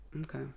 Okay